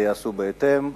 ייעשו בהתאם.